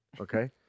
Okay